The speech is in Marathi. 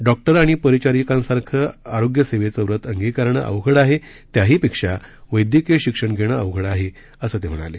डॉक्टर आणि परिचारकांसारखं आरोग्य सेवेचे व्रत अंगिकारण अवघड आहे त्याहीपेक्षा वैद्यकीय शिक्षण घेणं अवघड आहे असं ते म्हणाले